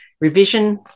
revision